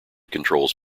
controls